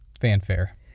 fanfare